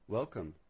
Welcome